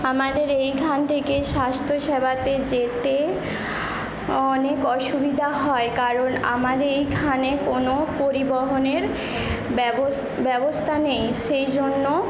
আমাদের এইখান থেকে স্বাস্থ্যসেবাতে যেতে অনেক অসুবিধা হয় কারণ আমাদের এইখানে কোন পরিবহনের ব্যবস ব্যবস্থা নেই সেই জন্য